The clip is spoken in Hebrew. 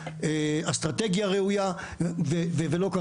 פערים בין מרכז לפריפריה ואני חושב שאת זה צריך